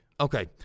Okay